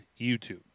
youtube